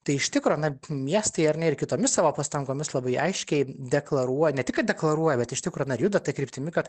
tai iš tikro na miestai ar ne ir kitomis savo pastangomis labai aiškiai deklaruoja ne tik kad deklaruoja bet iš tikro na ir juda ta kryptimi kad